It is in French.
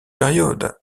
période